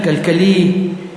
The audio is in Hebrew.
הכלכלי,